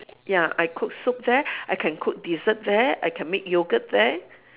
ya I cook soup there I can cook dessert there I can make yogurt there